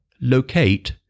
locate